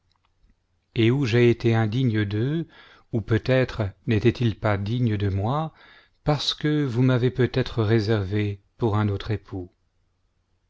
et ou j'ai été indigne d'eux ou peut-être n'étaient-ils pas dignes de moi parce que vous m'avez peut être réservée pour un autre époux